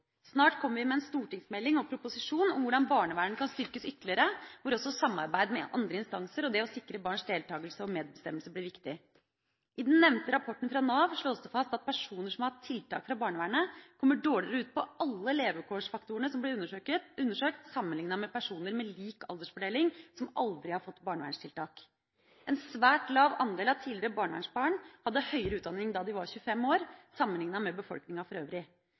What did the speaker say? Snart kommer vi med en stortingsmelding og en proposisjon om hvordan barnevernet kan styrkes ytterligere, hvor også samarbeid med andre instanser og det å sikre barns deltakelse og medbestemmelse blir viktig. I den nevnte rapporten fra Nav slås det fast at personer som har hatt tiltak fra barnevernet, kommer dårligere ut på alle levekårsfaktorene som ble undersøkt, sammenlignet med personer med lik aldersfordeling som aldri har fått barnevernstiltak. En svært lav andel av tidligere barnevernsbarn hadde høyere utdanning da de var 25 år sammenlignet med befolkninga for øvrig.